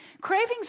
cravings